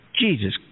Jesus